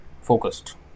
focused